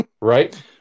right